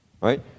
Right